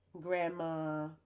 Grandma